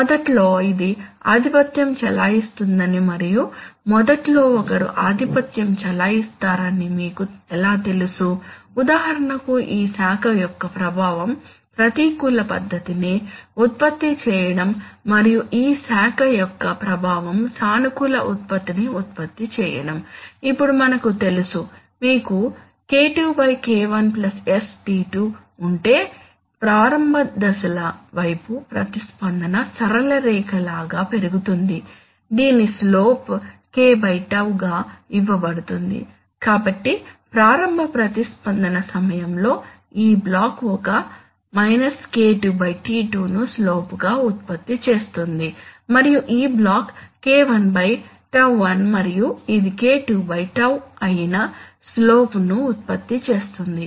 మొదట్లో ఇది ఆధిపత్యం చెలాయిస్తుందని మరియు మొదట్లో ఒకరు ఆధిపత్యం చెలాయిస్తారని మీకు ఎలా తెలుసు ఉదాహరణకు ఈ శాఖ యొక్క ప్రభావం ప్రతికూల ఉత్పత్తిని ఉత్పత్తి చేయడం మరియు ఈ శాఖ యొక్క ప్రభావం సానుకూల ఉత్పత్తిని ఉత్పత్తి చేయడం ఇప్పుడు మనకు తెలుసు మీకు K2K1sτ2 ఉంటే ప్రారంభ దశల వైపు ప్రతిస్పందన సరళ రేఖ లాగా పెరుగుతుంది దీని స్లోప్ K τ గా ఇవ్వబడుతుంది కాబట్టి ప్రారంభ ప్రతిస్పందన సమయంలో ఈ బ్లాక్ ఒక K2 τ2 ను స్లోప్ గా ఉత్పత్తి చేస్తుంది మరియు ఈ బ్లాక్ K1 τ1 మరియు ఇది K2 τ అయిన స్లోప్ ను ఉత్పత్తి చేస్తుంది